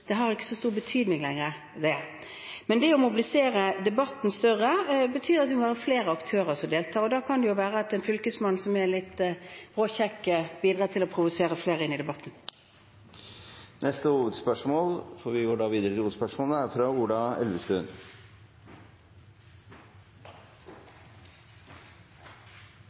det har ikke så stor betydning lenger. Men det å mobilisere til en større debatt betyr at vi må ha flere aktører som deltar. Da kan det være at en fylkesmann som er litt bråkjekk, bidrar til å provosere flere inn i debatten. Vi går videre til neste hovedspørsmål. Paris-avtalen ble inngått i desember i fjor, og vi er